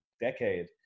decade